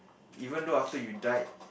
even though after you died